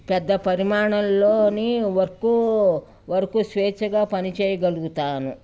పెద్ద పరిమాణాల్లోని work work స్వేచ్ఛగా పనిచేయగలుగుతాను